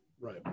Right